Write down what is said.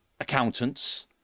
accountants